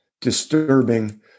disturbing